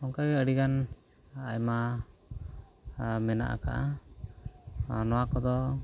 ᱚᱱᱠᱟᱜᱮ ᱟᱹᱰᱤᱜᱟᱱ ᱟᱭᱢᱟ ᱢᱮᱱᱟᱜ ᱠᱟᱜᱼᱟ ᱱᱚᱣᱟ ᱠᱚᱫᱚ